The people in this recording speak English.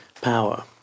power